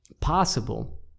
possible